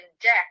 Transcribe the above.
deck